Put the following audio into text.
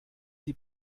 die